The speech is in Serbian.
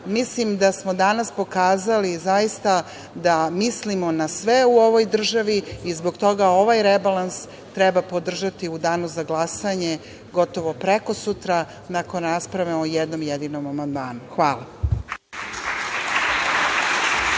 virusa. Mislim da smo danas pokazali zaista da mislimo na sve u ovoj državi i zbog toga ovaj rebalans treba podržati u danu za glasanje, gotovo prekosutra, nakon rasprave o jednom jedinom amandmanu. Hvala.